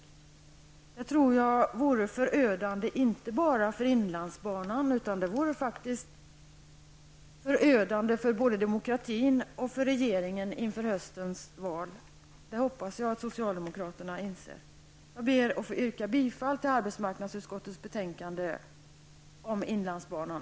Det tror jag vore förödande inte bara för inlandsbanan utan faktiskt även för både demokratin och regeringen inför höstens val. Det hoppas jag att socialdemokraterna inser. Jag ber att få yrka bifall till utskottets hemställan i betänkande AU26 om inlandsbanan.